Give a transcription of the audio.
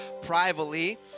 privately